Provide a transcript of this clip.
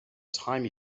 time